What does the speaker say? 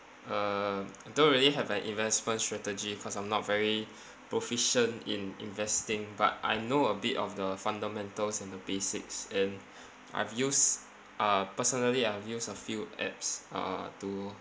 uh I don't really have an investment strategy cause I'm not very proficient in investing but I know a bit of the fundamentals and the basics and I've used uh personally I've used a few apps uh to